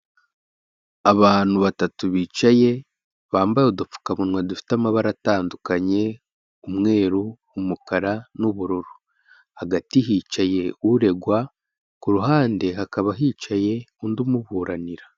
Abantu batatu bicaye, bambaye udupfukamunwa dufite amabara atandukanye umweru, umukara, n'ubururu, hagati hicaye uregwa, ku ruhande hakaba hicaye undi umuburanira.